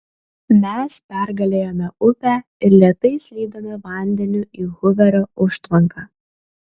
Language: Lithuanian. mes pergalėjome upę ir lėtai slydome vandeniu į huverio užtvanką